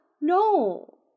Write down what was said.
No